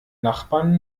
nachbarn